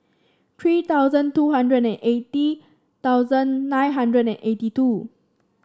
three thousand two hundred and eighty thousand nine hundred and eighty two